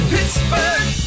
Pittsburgh